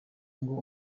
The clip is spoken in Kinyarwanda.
ngo